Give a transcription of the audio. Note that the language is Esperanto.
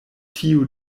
tio